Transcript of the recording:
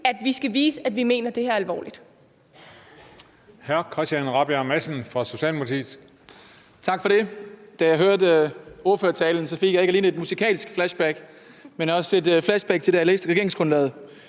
at vi skal vise, at vi mener det her alvorligt.